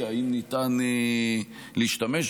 האם ניתן להשתמש בו?